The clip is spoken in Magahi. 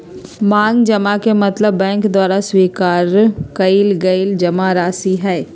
मांग जमा के मतलब बैंक द्वारा स्वीकार कइल गल उ जमाराशि हइ